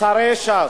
שרי ש"ס,